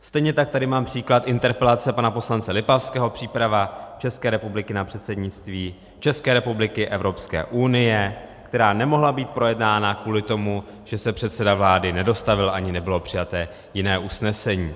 Stejně tak tady mám příklad interpelace pana poslance Lipavského příprava České republiky na předsednictví České republiky Evropské unie, která nemohla být projednána kvůli tomu, že se předseda vlády nedostavil, ani nebylo přijaté jiné usnesení.